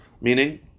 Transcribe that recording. Meaning